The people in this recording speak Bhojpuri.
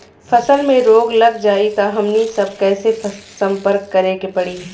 फसल में रोग लग जाई त हमनी सब कैसे संपर्क करें के पड़ी?